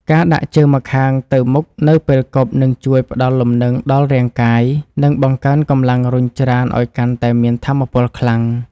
ការដាក់ជើងម្ខាងទៅមុខនៅពេលគប់នឹងជួយផ្ដល់លំនឹងដល់រាងកាយ និងបង្កើនកម្លាំងរុញច្រានឱ្យកាន់តែមានថាមពលខ្លាំង។